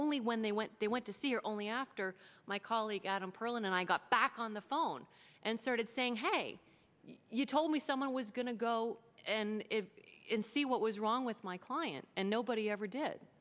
only when they went they went to see her only after my colleague adam perl and i got back on the phone and started saying hey you told me someone was going to go and see what was wrong with my client and nobody ever did